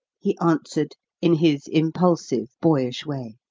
he answered in his impulsive, boyish way.